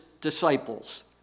disciples